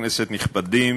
אנחנו ממשיכים.